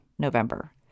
November